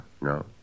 No